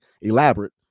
elaborate